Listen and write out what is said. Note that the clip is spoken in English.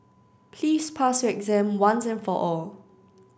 please pass your exam once and for all